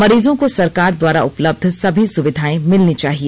मरीजों को सरकार द्वारा उपलब्ध सभी सुविधाएं मिलनी चाहिए